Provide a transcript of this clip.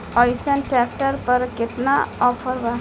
अइसन ट्रैक्टर पर केतना ऑफर बा?